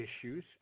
issues